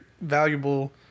valuable